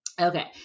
okay